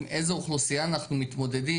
עם איזו אוכלוסייה אנחנו מתמודדים.